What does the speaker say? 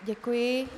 Děkuji.